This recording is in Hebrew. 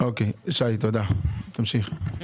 אוקי תודה, ישי תמשיך.